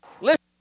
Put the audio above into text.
listen